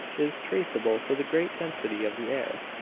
is traceable to the great density of the air,